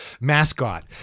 mascot